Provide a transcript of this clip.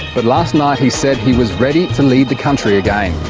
but last night he said he was ready to lead the country again.